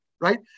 right